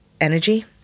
energy